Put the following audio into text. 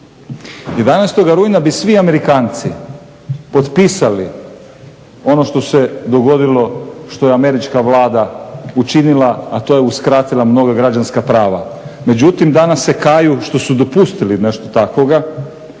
krvi. 11. rujna bi svi Amerikanci potpisali ono što se dogodilo što je američka Vlada učinila, a to je uskratila mnoga građanska prava. Međutim, danas se kaju što su dopustili nešto takvoga